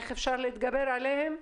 איך אפשר להתגבר עליהם?